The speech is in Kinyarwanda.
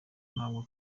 ntabwo